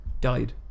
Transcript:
Died